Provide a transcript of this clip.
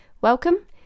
Welcome